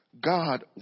God